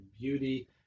beauty